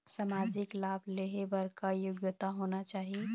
सामाजिक लाभ लेहे बर का योग्यता होना चाही?